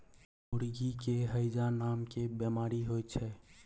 मुर्गी के हैजा नामके बेमारी होइ छै